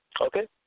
Okay